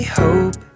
hope